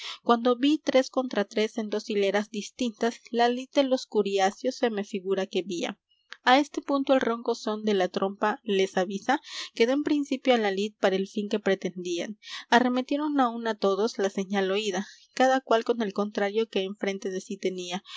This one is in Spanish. cuando ví tres contra tres en dos hileras distintas la lid de los curiacios se me figura que vía á este punto el ronco són de la trompa les avisa que dén principio á la lid para el fin que pretendían arremetieron á una todos la señal oída cada cual con el contrario que enfrente de sí tenía